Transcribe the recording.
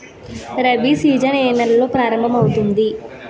Rabi season ఏ నెలలో ప్రారంభమౌతుంది?